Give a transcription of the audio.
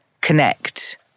connect